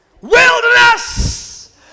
Wilderness